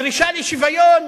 הדרישה לשוויון